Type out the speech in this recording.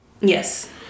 Yes